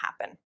happen